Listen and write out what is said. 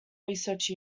research